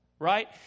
Right